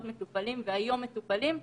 של-200 הראשונים יטופלו בחקירה אפידמיולוגית.